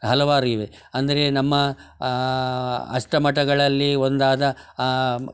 ಹಲವಾರು ಇವೆ ಅಂದರೆ ನಮ್ಮ ಅಷ್ಟಮಠಗಳಲ್ಲಿ ಒಂದಾದ